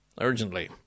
Urgently